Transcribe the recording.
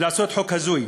ולעשות חוק הזוי,